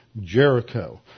Jericho